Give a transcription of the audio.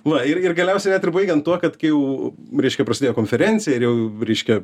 va ir ir galiausiai net ir baigiant tuo kad kai jau reiškia prasidėjo konferencija ir jau reiškia